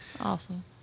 Awesome